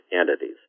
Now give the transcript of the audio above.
entities